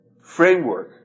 framework